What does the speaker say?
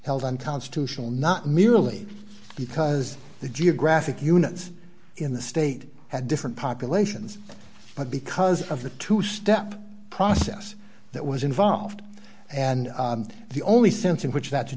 held unconstitutional not merely because the geographic units in the state had different populations but because of the two step process that was involved and the only sense in which that